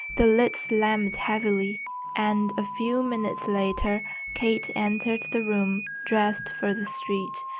the lid slammed heavily and a few minutes later kate entered the room dressed for the street.